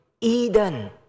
Eden